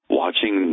watching